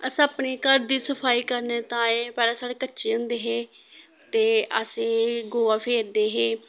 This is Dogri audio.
अस अपने घर दी सफाई करने ताए पैह्ले साढ़े कच्चे होंदे हे ते असें गोहा फेरदे हे